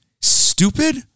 stupid